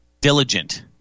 diligent